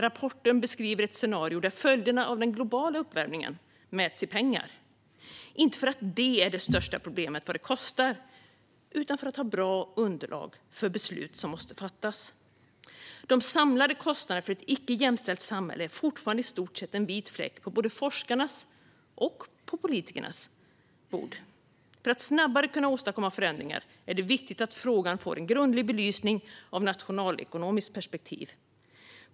Rapporten beskriver ett scenario där följderna av den globala uppvärmningen mäts i pengar - inte för att det är det största problemet vad det kostar, utan för att ha bra underlag för beslut som måste fattas. Men de samlade kostnaderna för ett icke jämställt samhälle är fortfarande i stort sett en vit fläck på både forskarnas och politikernas karta. För att snabbare kunna åstadkomma förändringar är det viktigt att frågan får en grundlig belysning ur ett nationalekonomiskt perspektiv.